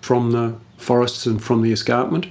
from the forests and from the escarpment.